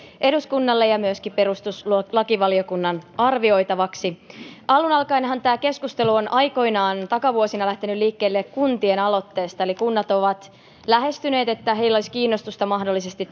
eduskunnalle ja myöskin perustuslakivaliokunnan arvioitavaksi alun alkaenhan tämä keskustelu on aikoinaan takavuosina lähtenyt liikkeelle kuntien aloitteesta eli kunnat ovat lähestyneet että heillä olisi kiinnostusta mahdollisesti